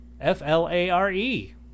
F-L-A-R-E